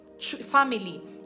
family